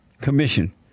Commission